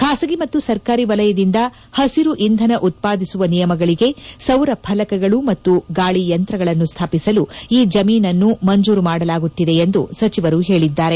ಖಾಸಗಿ ಮತ್ತು ಸರ್ಕಾರಿ ವಲಯದಿಂದ ಹಸಿರು ಇಂಧನ ಉತ್ಪಾದಿಸುವ ನಿಗಮಗಳಿಗೆ ಸೌರ ಫಲಕಗಳು ಮತ್ತು ಗಾಳಿಯಂತ್ರಗಳನ್ನು ಸ್ವಾಪಿಸಲು ಈ ಜಮೀನನ್ನು ಮಂಜೂರು ಮಾಡಲಾಗುತ್ತದೆ ಎಂದು ಸಚಿವರು ಹೇಳಿದ್ದಾರೆ